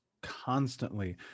constantly